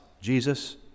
Jesus